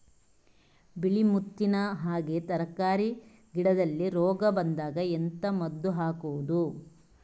ಬಿಳಿ ಮುತ್ತಿನ ಹಾಗೆ ತರ್ಕಾರಿ ಗಿಡದಲ್ಲಿ ರೋಗ ಬಂದಾಗ ಎಂತ ಮದ್ದು ಹಾಕುವುದು?